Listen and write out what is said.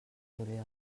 juliol